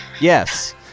yes